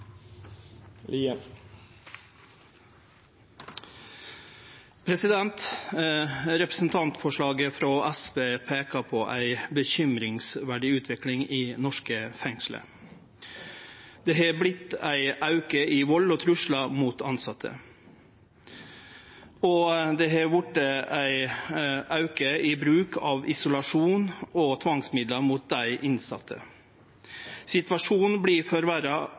fått. Representantforslaget frå SV peikar på ei urovekkjande utvikling i norske fengsel. Det har vorte ein auke i vald og truslar mot tilsette, og det har vorte ein auke i bruk av isolasjon og tvangsmiddel mot dei innsette. Situasjonen vert forverra